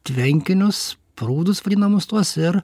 tvenkinius prūdus vadinamus tuos ir